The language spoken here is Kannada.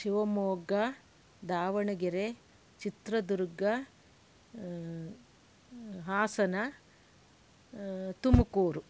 ಶಿವಮೊಗ್ಗ ದಾವಣಗೆರೆ ಚಿತ್ರದುರ್ಗ ಹಾಸನ ತುಮಕೂರು